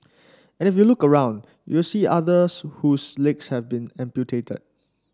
and if you look around you will see others whose legs have been amputated